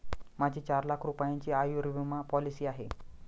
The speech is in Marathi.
माझी चार लाख रुपयांची आयुर्विमा पॉलिसी आहे